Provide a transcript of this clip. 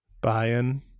buying